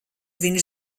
viņš